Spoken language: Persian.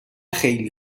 خیلی